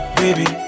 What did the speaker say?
baby